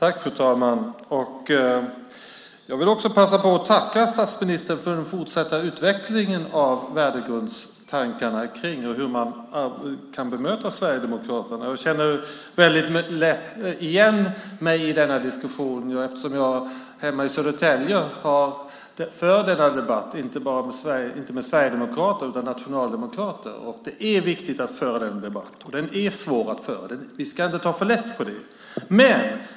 Fru talman! Jag vill tacka statsministern för den fortsatta utvecklingen av värdegrundstankarna om hur man kan bemöta Sverigedemokraterna. Jag känner igen mig i den här diskussionen eftersom jag för den debatten hemma i Södertälje, inte med sverigedemokrater utan med nationaldemokrater. Det är viktigt att föra den här debatten. Den är svår. Vi ska inte ta för lätt på den.